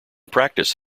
practice